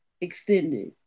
extended